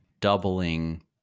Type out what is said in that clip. doubling